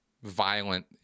violent